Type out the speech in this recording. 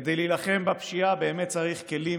כדי להילחם בפשיעה באמת צריך כלים,